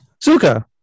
Suka